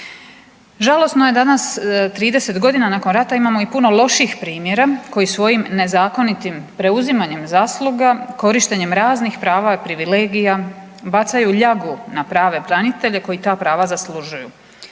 Žalosno je danas 30 godina nakon rata imamo i puno loših primjera koji svojim nezakonitim preuzimanjem zasluga korištenjem raznih prava, privilegija bacaju ljagu na prave branitelje koji ta prava zaslužuju.